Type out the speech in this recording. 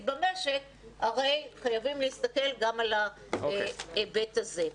במשק הרי חייבים להסתכל גם על ההיבט הזה.